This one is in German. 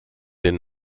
den